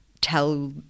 tell